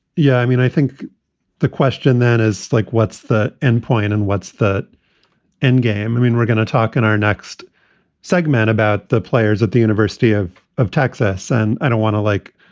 yeah, i mean, i think the question then is like, what's the end point and what's that end game? i mean, we're going to talk in our next segment about the players at the university of of texas. and i don't want to, like,